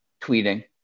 tweeting